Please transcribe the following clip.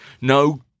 No